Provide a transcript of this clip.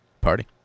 Party